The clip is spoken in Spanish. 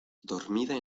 dormida